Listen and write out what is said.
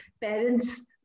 parents